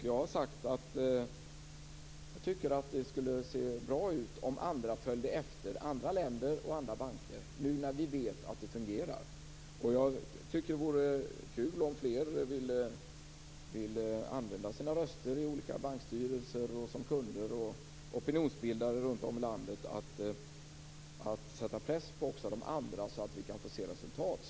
Jag tycker att det skulle se bra ut om andra följde efter, andra länder och andra banker, nu när vi vet att det fungerar. Jag tycker att det vore kul om fler ville använda sina röster i olika bankstyrelser och som kunder och opinionsbildare runt om i landet att sätta press också på de andra så att vi kan se resultat.